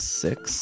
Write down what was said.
six